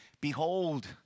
behold